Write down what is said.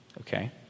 Okay